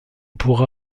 pourra